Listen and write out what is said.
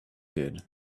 did